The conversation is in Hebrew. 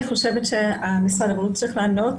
אני חושבת שמשרד הבריאות צריך לענות